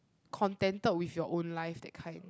contented with your own life that kind